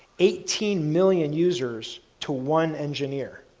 eighteen million users to one engineer.